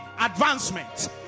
advancement